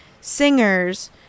singers